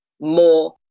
more